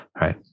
right